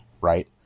right